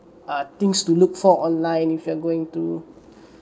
err things to look for online if you're going to